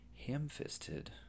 ham-fisted